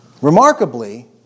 Remarkably